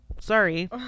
Sorry